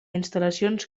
instal·lacions